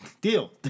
Deal